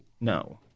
no